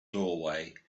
doorway